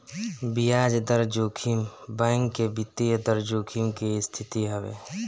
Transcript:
बियाज दर जोखिम बैंक के वित्तीय दर जोखिम के स्थिति हवे